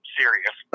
serious